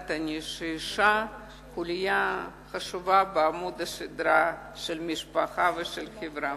יודעת אני שהאשה היא חוליה חשובה בעמוד השדרה של המשפחה ושל החברה,